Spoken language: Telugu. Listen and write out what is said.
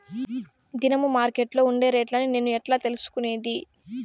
దినము మార్కెట్లో ఉండే రేట్లని నేను ఎట్లా తెలుసుకునేది?